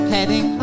Heading